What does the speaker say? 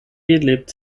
lebt